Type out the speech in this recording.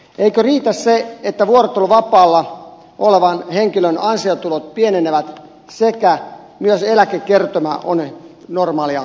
eikö riitä se että vuorotteluvapaalla olevan henkilön ansiotulot pienenevät sekä myös eläkekertymä on normaalia huomattavasti heikompi